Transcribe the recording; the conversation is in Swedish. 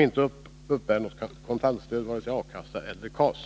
inte uppbär något kontantstöd vare sig från A-kassa eller från KAS.